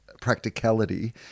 practicality